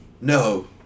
No